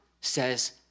says